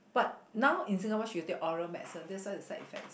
but now in Singapore she got take oral medicine that's why the side effect is